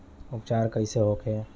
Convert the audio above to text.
उपचार कईसे होखे?